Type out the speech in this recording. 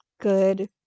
good